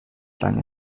lange